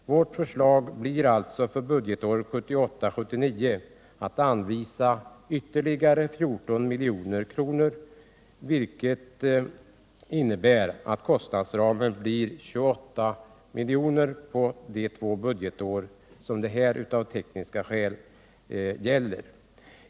Vårt förslag är alltså att riksdagen för budgetåret 1978/79 skall anvisa ytterligare 14 milj.kr., vilket innebär att kostnadsramen höjs med 28 milj.kr. under de två budgetår som det av tekniska skäl här gäller.